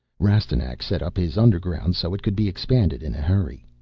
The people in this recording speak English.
rastignac set up his underground so it could be expanded in a hurry.